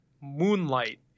Moonlight